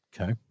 Okay